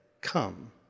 come